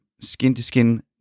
skin-to-skin